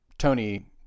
Tony